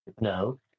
No